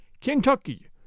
Kentucky